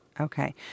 Okay